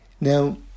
Now